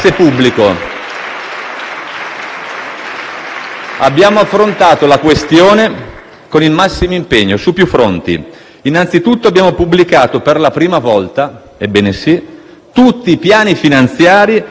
Abbiamo affrontato la questione con il massimo impegno, su più fronti. Innanzitutto abbiamo pubblicato per la prima volta - ebbene sì - tutti i piani finanziari dei contratti dei concessionari autostradali